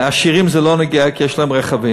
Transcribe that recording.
לעשירים זה לא נוגע כי יש להם רכבים.